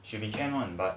she became on but